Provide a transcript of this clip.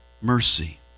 mercy